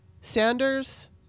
Sanders